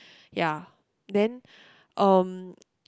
ya then um